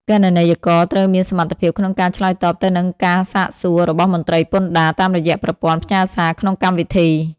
គណនេយ្យករត្រូវមានសមត្ថភាពក្នុងការឆ្លើយតបទៅនឹងការសាកសួររបស់មន្ត្រីពន្ធដារ តាមរយៈប្រព័ន្ធផ្ញើសារក្នុងកម្មវិធី។